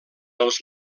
els